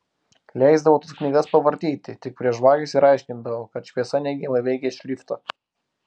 leisdavo tas knygas pavartyti tik prie žvakės ir aiškindavo kad šviesa neigiamai veikia šriftą